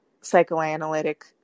psychoanalytic